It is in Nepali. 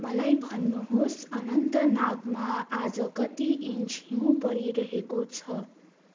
मलाई भन्नु होस् अनन्तनागमा आज कति इन्च हिउँ परिरहेको छ